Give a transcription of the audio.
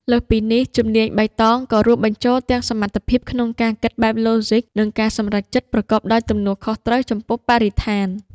លើសពីនេះ ជំនាញបៃតងក៏រួមបញ្ចូលទាំងសមត្ថភាពក្នុងការគិតបែបឡូហ្ស៊ិក និងការសម្រេចចិត្តប្រកបដោយទំនួលខុសត្រូវចំពោះបរិស្ថាន។